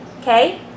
Okay